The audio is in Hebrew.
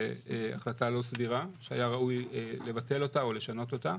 החלטה לא סבירה שהיה ראוי לבטל אותה או לשנות אותה.